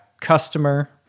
customer